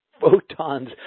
photons